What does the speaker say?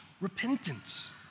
repentance